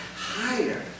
higher